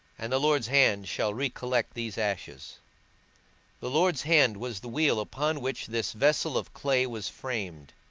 and the lord's hand shall re-collect these ashes the lord's hand was the wheel upon which this vessel of clay was framed,